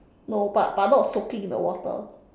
no but but not soaking in the water